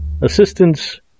assistance